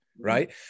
Right